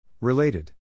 Related